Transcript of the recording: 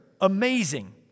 Amazing